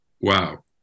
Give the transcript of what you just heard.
wow